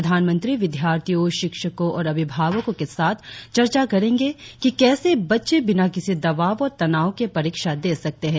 प्रधानमंत्री विद्यार्थियों शिक्षको और अभिभावकों के साथ चर्चा करेंगे कि कैसे बच्चे बिना किसी दबाव और तनाव के परीक्षा दे सकते हैं